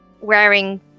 wearing